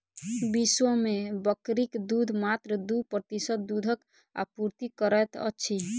विश्व मे बकरीक दूध मात्र दू प्रतिशत दूधक आपूर्ति करैत अछि